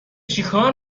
چیکار